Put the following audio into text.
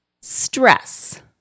Stress